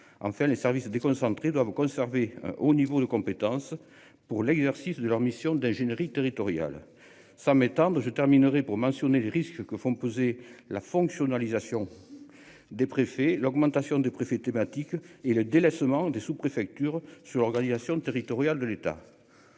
enfin les services déconcentrés doivent conserver au niveau de compétence pour l'exercice de leur mission d'ingénierie territoriale ça m'éteindre je terminerai pour mentionner les risques que font peser la fonctionnarisation. Des préfets l'augmentation du préfet thématiques et le délaissement des sous-, préfectures sur l'organisation territoriale de l'État.